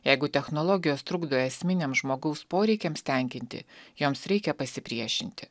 jeigu technologijos trukdo esminiams žmogaus poreikiams tenkinti joms reikia pasipriešinti